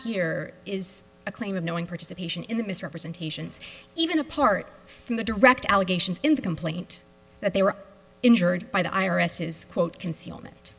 here is a claim of knowing participation in the misrepresentations even apart from the direct allegations in the complaint that they were injured by the i r s is quote concealment